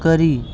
करी